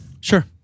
Sure